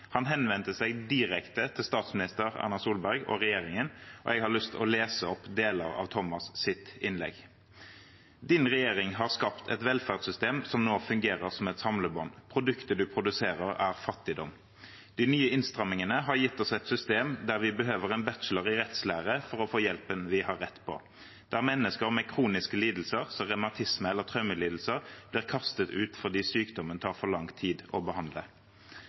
Han henvendte seg direkte til statsminister Erna Solberg og regjeringen. Jeg har lyst å lese opp deler av Thomas’ innlegg: «Din regjering har skapt et velferdssystem som nå fungerer som et samlebånd. Produktet du produserer er fattigdom. De nye innstramningene har gitt oss et system der vi behøver en bachelor i rettslære for å få hjelpen vi har rett på. Der mennesker med kroniske lidelser, som revmatisme eller traumelidelser, blir kastet ut fordi sykdommen tar for lang tid å behandle.»